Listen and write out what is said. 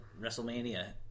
WrestleMania